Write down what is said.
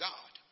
God